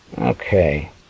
Okay